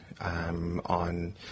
on